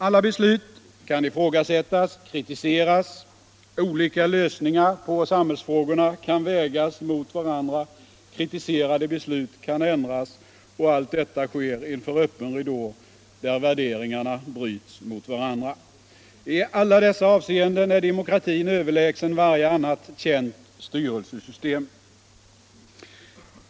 Alla beslut kan ifrågasättas och kritiseras, olika lösningar på samhällsfrågorna kan vägas mot varandra, kritiserade beslut kan ändras — och allt detta sker inför öppen ridå där värderingarna bryts mot varandra. I alla dessa avseenden är demokratin överlägsen varje annat känt styrelsesystem.